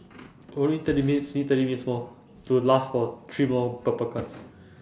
only twenty minutes see twenty minutes more to last for three more purple cards